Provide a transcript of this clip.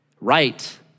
right